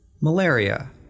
malaria